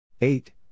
Eight